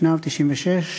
התשנ"ו 1996,